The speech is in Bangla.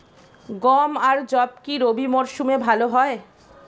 গম আর যব কি রবি মরশুমে ভালো হয়?